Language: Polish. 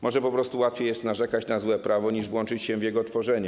Może po prostu łatwiej jest narzekać na złe prawo, niż włączyć się w jego tworzenie.